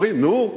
אומרים: נו,